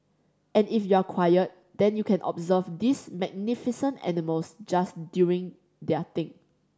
and if you're quiet then you can observe these magnificent animals just doing their thing